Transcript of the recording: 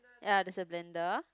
ya there's a blender